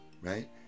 right